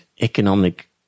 economic